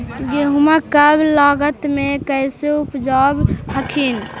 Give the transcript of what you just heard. गेहुमा कम लागत मे कैसे उपजाब हखिन?